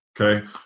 okay